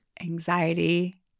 anxiety